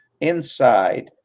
Inside